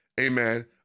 amen